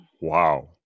Wow